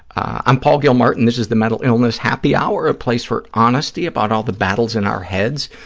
i'm paul gilmartin. this is the mental illness happy hour a place for honesty about all the battles in our heads,